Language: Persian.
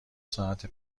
ساعت